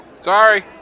Sorry